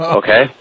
okay